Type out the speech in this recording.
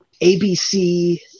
ABC